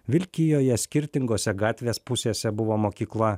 vilkijoje skirtingose gatvės pusėse buvo mokykla